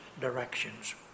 directions